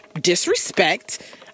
disrespect